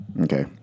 Okay